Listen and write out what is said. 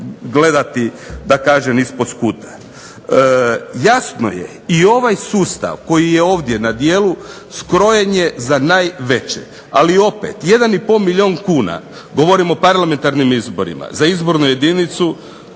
gledati ispod skuta. Jasno je i ovaj sustav koji je ovdje na djelu skrojen je za najveće ali opet 1,5 milijun kuna, govorim o parlamentarnim izborima, za izbornu jedinicu